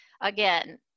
Again